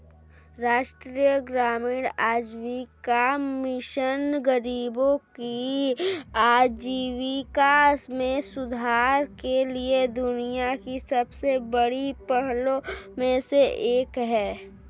राष्ट्रीय ग्रामीण आजीविका मिशन गरीबों की आजीविका में सुधार के लिए दुनिया की सबसे बड़ी पहलों में से एक है